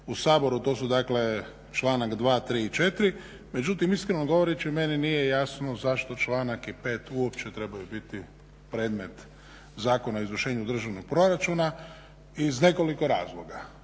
u Saboru, to su dakle članak 2., 3. i 4., međutim iskreno govoreći meni nije jasno zašto članak 5. uopće trebaju biti predmet Zakona o izvršenju državnog proračuna iz nekoliko razloga.